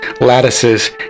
lattices